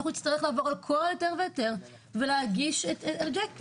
אנחנו נצטרך לעבור על כל היתר והיתר ולהגיש ריג'קטים.